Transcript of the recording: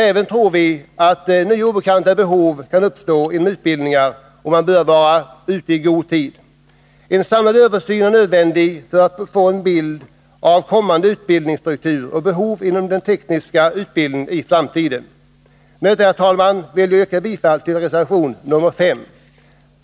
Även obekanta behov tror vi kan uppstå inom olika utbildningar, och man bör vara ute i god tid. En samlad översyn är nödvändig för att få en bild av kommande utbildningsstruktur och behov inom den tekniska utbildningen i framtiden. Med detta, herr talman, vill jag yrka bifall till reservation 5.